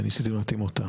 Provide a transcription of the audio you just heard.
וניסיתם להתאים אותם.